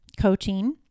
coaching